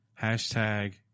Hashtag